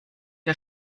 der